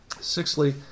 Sixthly